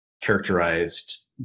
characterized